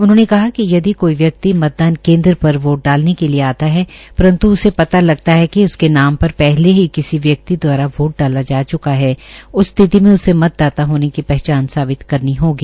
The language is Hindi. उन्होंने कहा कि यदि कोई व्यक्ति वोट डालने के लिए आता है परंत् उसे यह पता लगता है कि उसके नाम पर पहले ही किसी व्यक्ति द्वारा वोट डाला जा च्का है उस स्थिति में उसे मतदाता होने का पहचान साबित करनी होगी